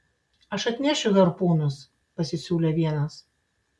aš atnešiu harpūnus pasisiūlė vienas